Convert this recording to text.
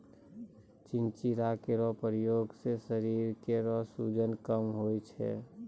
चिंचिड़ा केरो प्रयोग सें शरीर केरो सूजन कम होय छै